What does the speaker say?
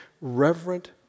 reverent